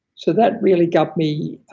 so that really got me,